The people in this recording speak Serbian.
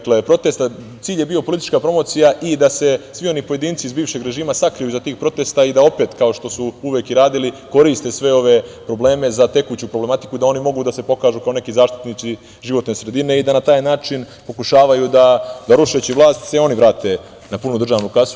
Dakle, cilj protesta je bio politička promocija i da se svi oni pojedinci iz bivšeg režima sakriju iza tih protesta i da opet, kao što su uvek i radili koriste sve ove probleme za tekuću problematiku, da oni mogu da se pokažu kao neki zaštitnici životne sredine, i da na taj način pokušavaju da rušeći vlast, da se oni vrate na punu državnu kasu.